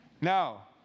Now